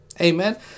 Amen